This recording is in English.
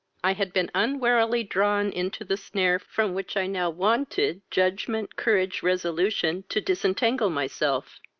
i had been unwarily drawn into the snare from which i now wanted judgement, courage, resolution, to disentangle myself.